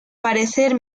parecer